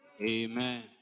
Amen